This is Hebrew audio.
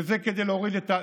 וזה כדי להוריד את,